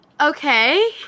Okay